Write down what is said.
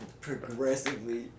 progressively